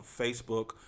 Facebook